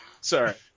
Sorry